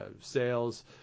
sales